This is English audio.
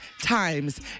times